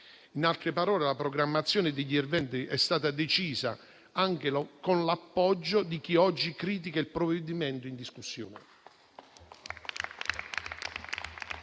In altre parole, la programmazione degli eventi è stata decisa anche con l'appoggio di chi oggi critica il provvedimento in discussione